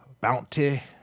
bounty